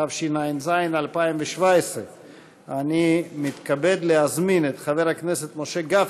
התשע"ז 2017. אני מתכבד להזמין את חבר הכנסת משה גפני,